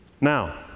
Now